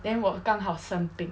then 我刚好生病